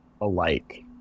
alike